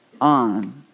on